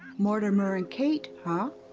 mortimer and kate, huh?